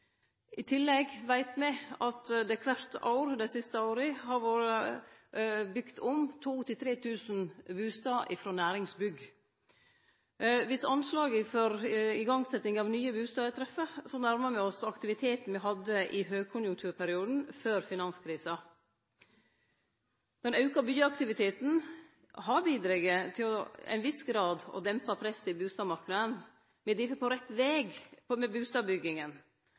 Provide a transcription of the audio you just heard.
I tillegg veit me at det kvart år dei siste åra har vorte bygd om 2 000–3 000 bustader frå næringsbygg. Viss anslaget for igangsetjing av nye bustader treffer, nærmar me oss den aktiviteten me hadde i høgkonjunkturperioden før finanskrisa. Den auka byggjeaktiviteten har til ein viss grad bidrege til å dempe presset i bustadmarknaden. Me er difor på rett veg med bustadbygginga,